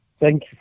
Thank